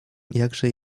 jakże